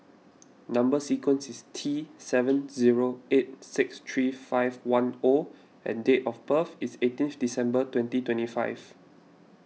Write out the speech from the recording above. Number Sequence is T seven zero eight six three five one O and date of birth is eighteenth December twenty twenty five